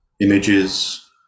images